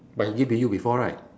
but he give be you before right